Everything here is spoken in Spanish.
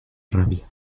rabia